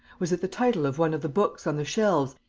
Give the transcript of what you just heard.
was it the title of one of the books on the shelves,